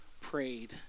prayed